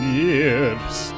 years